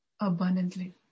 abundantly